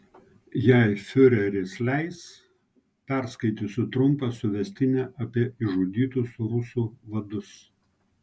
jei fiureris leis perskaitysiu trumpą suvestinę apie išžudytus rusų vadus